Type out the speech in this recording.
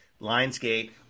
Lionsgate